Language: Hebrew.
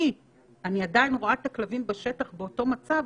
כי אני עדיין רואה את הכלבים בשטח באותו מצב,